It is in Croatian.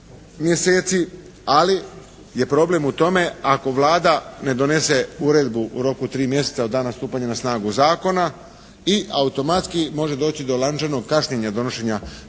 ali je problem je u tome ako Vlada ne donese uredbu u roku od tri mjeseca od dana stupanja na snagu zakona i automatski može doći do lančanog kašnjenja donošenja